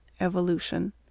Evolution